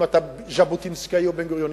אם אתה ז'בוטינסקאי או בן-גוריוניסט,